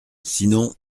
sinon